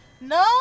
No